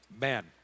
Man